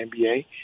NBA